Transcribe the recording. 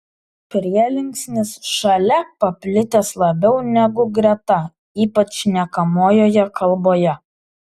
prielinksnis šalia paplitęs labiau negu greta ypač šnekamojoje kalboje